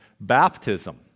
baptism